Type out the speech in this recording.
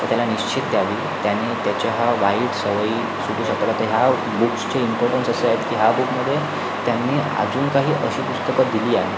तर त्याला निश्चित द्यावी त्याने त्याच्या ह्या वाईट सवयी सुटू शकतात आता ह्या बुक्सचे इम्पॉर्टन्स असे आहेत की ह्या बुकमध्ये त्यांनी अजून काही अशी पुस्तकं दिली आहे